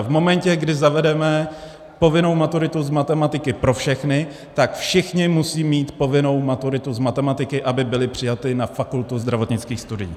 V momentě, kdy zavedeme povinnou maturitu z matematiky pro všechny, tak všichni musí mít povinnou maturitu z matematiky, aby byli přijati na Fakultu zdravotnických studií.